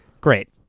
Great